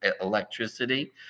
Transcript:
electricity